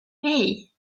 hey